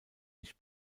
nicht